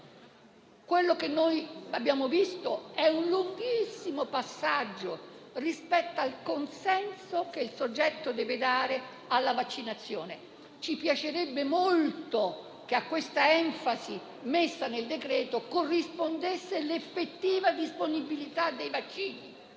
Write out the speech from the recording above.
Quello che abbiamo visto è un lunghissimo passaggio rispetto al consenso che il soggetto deve dare alla vaccinazione. Ci piacerebbe molto che a questa enfasi messa nel decreto corrispondesse l'effettiva disponibilità dei vaccini.